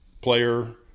player